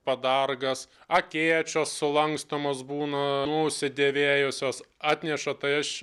padargas akėčios sulankstomos būna nusidėvėjusios atneša tai aš